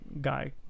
guy